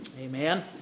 Amen